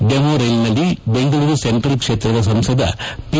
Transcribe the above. demo ರೈಲಿನಲ್ಲಿ Bengaluru central ಕ್ಷೇತ್ರದ ಸಂಸದ ಪಿ